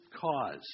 cause